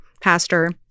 pastor